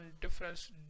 difference